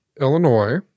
Illinois